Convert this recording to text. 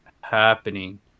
happening